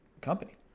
company